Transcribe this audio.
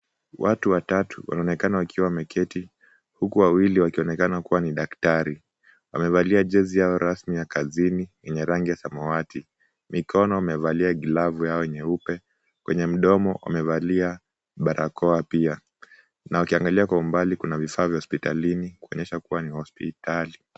Watu watatu wanaonekana kuwa wameketi, huku wawili wakionekana kuwa ni daktari. Wamevalia jezi au mavazi ya kazini yakiwa ya rangi ya samawati. Mikono amevalia glavu yao nyeupe. Kwenye mdomo amevalia barakoa pia na ukiangalia kwa umbali kuna vifaa vya hospitalini kuonyesha kuwa ni hospitali.